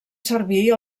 servir